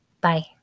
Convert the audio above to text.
Bye